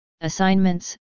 assignments